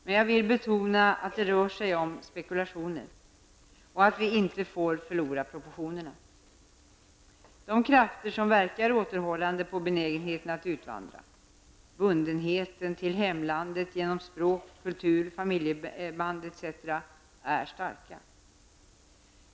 Men jag vill betona att det rör sig om spekulationer och att vi inte får förlora proportionerna. De krafter som verkar återhållande på benägenheten att utvandra -- bundenheten till hemlandet genom språk, kultur, familjeband etc. -- är starka.